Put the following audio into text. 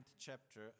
chapter